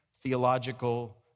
Theological